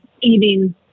eating